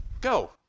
Go